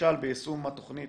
נכשל ביישום התכנית